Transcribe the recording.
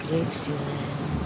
Dixieland